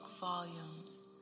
volumes